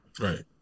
Right